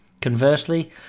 Conversely